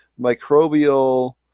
microbial